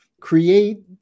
create